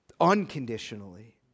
unconditionally